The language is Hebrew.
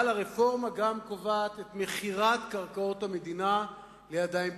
אבל הרפורמה קובעת גם את מכירת קרקעות המדינה לידיים פרטיות.